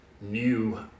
new